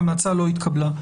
וההמלצה לא התקבלה.